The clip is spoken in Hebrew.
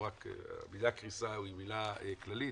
המילה קריסה היא מילה כללית,